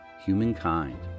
humankind